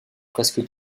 presque